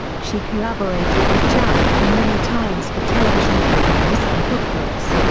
she collaborated with jacques pepin many times for television programs and cookbooks.